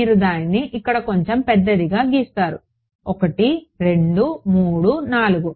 మీరు దానిని ఇక్కడ కొంచెం పెద్దదిగా గీస్తారు 1 2 3 మరియు 4